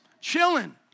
chilling